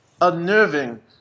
unnerving